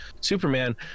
Superman